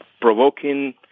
provoking